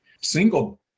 single